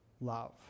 love